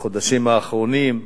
בחודשים האחרונים.